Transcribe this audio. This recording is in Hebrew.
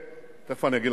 ואתה יודע בדיוק